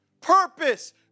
purpose